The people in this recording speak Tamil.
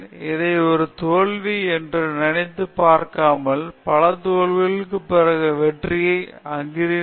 இதையும் ஒரு தோல்வி என்று நினைத்துப் பார்க்காமல் பல தோல்விகளுக்குப் பிறகு வெற்றியை அங்கீகரிக்க கற்றுக்கொள்ள வேண்டும்